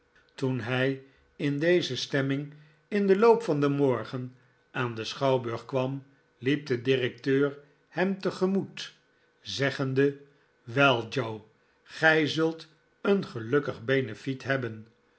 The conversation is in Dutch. toen hij in deze stemming in den loop van den morgen aan den schouwburg kwara hep de directeur hem te gemoet zeggende wel joe gij zult een gelukkig beneflet hebben